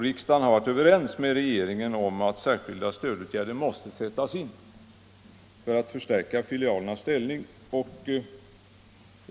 Riksdagen har varit överens med regeringen om att särskilda stödåtgärder måste sättas in för att förstärka filialernas ställning.